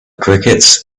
crickets